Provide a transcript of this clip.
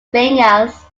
fingers